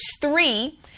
three